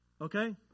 Okay